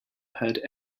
heard